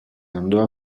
andò